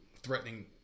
Threatening